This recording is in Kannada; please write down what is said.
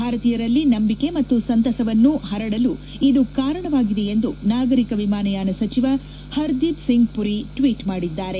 ಭಾರತೀಯರಲ್ಲಿ ನಂಬಿಕೆ ಮತ್ತು ಸಂತಸವನ್ನು ಹರಡಲು ಇದು ಕಾರಣವಾಗಿದೆ ಎಂದು ನಾಗರಿಕ ವಿಮಾನಯಾನ ಸಚಿವ ಹರ್ ದೀಪ್ ಸಿಂಗ್ ಪುರಿ ಟ್ವೀಟ್ ಮಾಡಿದ್ದಾರೆ